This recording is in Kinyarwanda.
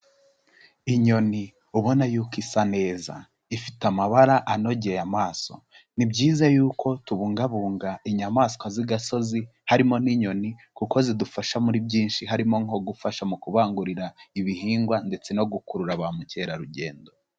Inyoni ubona yuko isa neza, ifite amabara anogeye amaso, ni byiza y'uko tubungabunga inyamaswa z'igasozi harimo n'inyoni kuko zidufasha muri byinshi, harimo nko gufasha mu kubangurira ibihingwa ndetse no gukurura ba mukerarugendo.